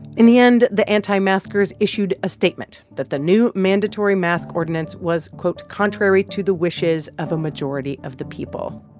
in the end, the anti-maskers issued a statement that the new mandatory mask ordinance was, quote, contrary to the wishes of a majority of the people.